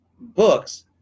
books